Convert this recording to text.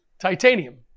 titanium